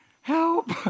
Help